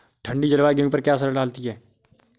ठंडी जलवायु गेहूँ पर क्या असर डालती है?